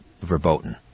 verboten